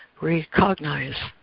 recognize